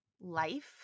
life